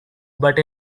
but